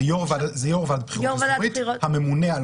זה יו"ר ועדת בחירות אזורית הממונה על